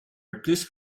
recluse